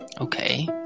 Okay